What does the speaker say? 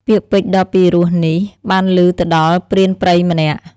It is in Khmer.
ពាក្យពេចន៍ដ៏ពីរោះនេះ បានឮទៅដល់ព្រានព្រៃម្នាក់ ។